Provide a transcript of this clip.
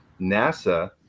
NASA